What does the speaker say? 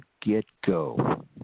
get-go